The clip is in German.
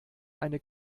eine